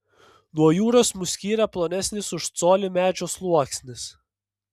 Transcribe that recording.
nuo jūros mus skyrė plonesnis už colį medžio sluoksnis